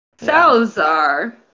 Salazar